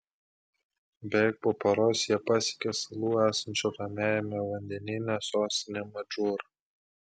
beveik po paros jie pasiekė salų esančių ramiajame vandenyne sostinę madžūrą